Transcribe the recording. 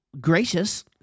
gracious